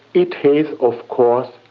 it has, of course,